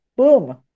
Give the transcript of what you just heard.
boom